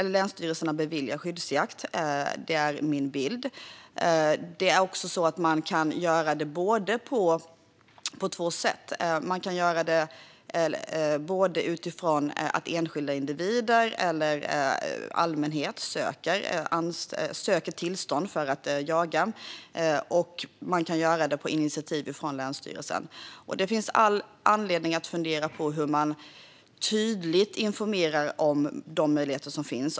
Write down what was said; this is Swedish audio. Länsstyrelserna beviljar skyddsjakt - det är min bild. Detta kan göras på två sätt. Det kan ske utifrån att enskilda individer eller allmänhet söker tillstånd för att jaga, och det kan ske på initiativ från länsstyrelsen. Det finns all anledning att fundera på hur man tydligt informerar om de möjligheter som finns.